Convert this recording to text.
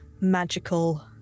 magical